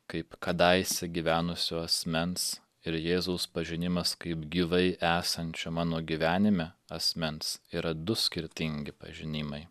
kaip kadaise gyvenusio asmens ir jėzaus pažinimas kaip gyvai esančio mano gyvenime asmens yra du skirtingi pažinimai